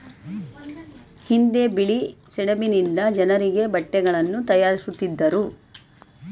ಹಿಂದೆ ಬಿಳಿ ಸೆಣಬಿನಿಂದ ಜನರಿಗೆ ಬಟ್ಟೆಗಳನ್ನು ತಯಾರಿಸುತ್ತಿದ್ದರು